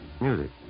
music